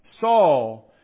Saul